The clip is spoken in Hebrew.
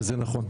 וזה נכון.